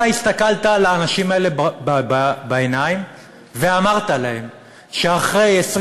אתה הסתכלת לאנשים האלה בעיניים ואמרת להם שאחרי 20